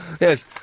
Yes